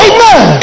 Amen